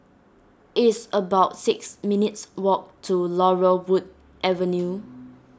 it's about six minutes' walk to Laurel Wood Avenue